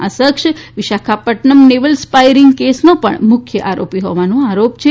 આ શખ્સ Visakhapatnam naval spy ring કેસનો પણ મુખ્ય આરોપી હોવાનો આરોપ છે